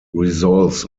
revolves